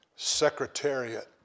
Secretariat